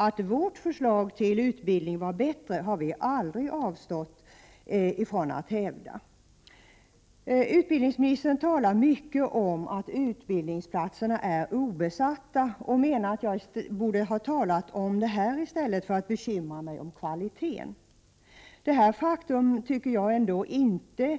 Att vårt förslag till utbildning var bättre har vi däremot aldrig avstått från att hävda. Utbildningsministern talar mycket om att utbildningsplatser är obesatta. Han menar att jag borde ha talat om det, i stället för att bekymra mig om kvaliteten. Detta faktum tycker jag ändå inte